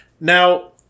Now